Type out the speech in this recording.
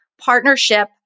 partnership